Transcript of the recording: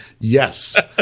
Yes